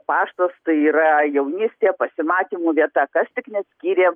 paštas tai yra jaunystė pasimatymų vieta kas tik neskyrė